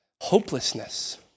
hopelessness